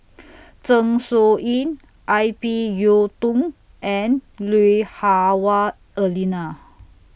Zeng Shouyin Ip Yiu Tung and Lui Hah Wah Elena